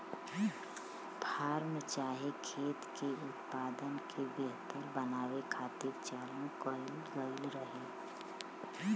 form चाहे खेत के उत्पादन के बेहतर बनावे खातिर चालू कएल गएल रहे